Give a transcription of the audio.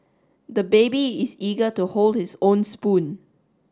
the baby is eager to hold his own spoon